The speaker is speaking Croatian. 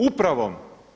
Upravom.